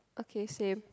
okay same